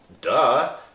duh